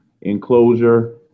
enclosure